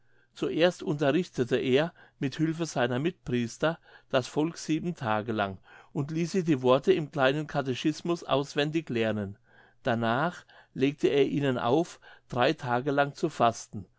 zuerst unterrichtete er mit hülfe seiner mitpriester das volk sieben tage lang und ließ sie die worte im kleinen catechismus auswendig lernen danach legte er ihnen auf drei tage lang zu fasten